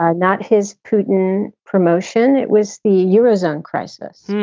ah not his putin promotion. it was the eurozone crisis